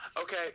Okay